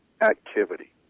activity